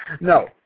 No